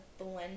blend